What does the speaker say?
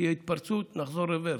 נחזור ברוורס.